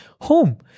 home